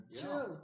True